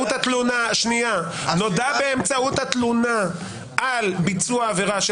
נודע באמצעות התלונה על ביצוע עבירה של